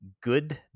good